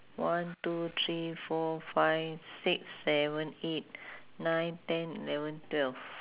one two three four five six seven eight nine ten eleven twelve